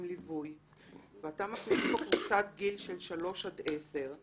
ליווי ואתה מכניס פה קבוצת גיל של שלוש עד 10,